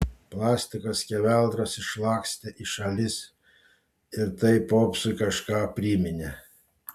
plastiko skeveldros išlakstė į šalis ir tai popsui kažką priminė